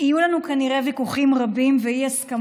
יהיו לנו כנראה בהמשך הדרך ויכוחים רבים ואי-הסכמות,